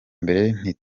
mbere